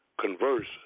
converse